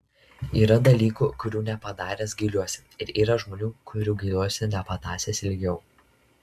yra dalykų kurių nepadaręs gailiuosi ir yra žmonių kurių gailiuosi nepatąsęs ilgiau